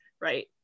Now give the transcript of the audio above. right